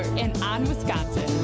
and on wisconsin!